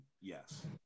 Yes